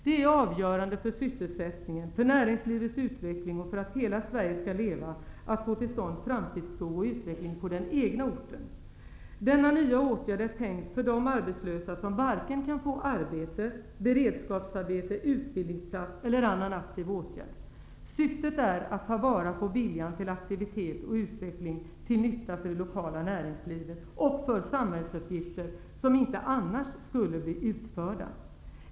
Det är avgörande för sysselsättningen, för näringslivets utveckling och för att hela Sverige skall leva att få till stånd framtidstro och utveckling på den egna orten. Denna nya åtgärd är tänkt för arbetslösa som varken kan få arbete, beredskapsarbete, utbildningsplats eller annan aktiv åtgärd. Syftet är att ta vara på viljan till aktivitet och utveckling till nytta för det lokala näringslivet och för samhällsuppgifter som inte annars skulle bli utförda.